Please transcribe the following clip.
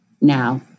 now